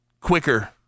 quicker